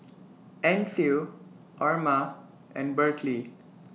Ancil Orma and Berkley